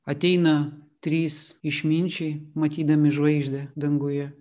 ateina trys išminčiai matydami žvaigždę danguje